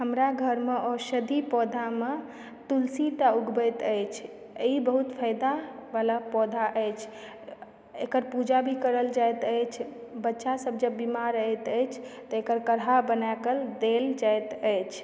हमरा घरमे औषधि पौधामे तुलसी तऽ उगबैत अछि ई बहुत फ़ायदा वला पौधा अछि एकर पूजा भी करल जायत अछि बच्चा सबजे बीमार रहैत अछि त एकर कढ़ा बनाकऽ देल जाइत अछि